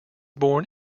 born